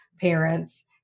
parents